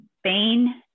Spain